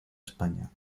españa